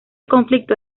conflicto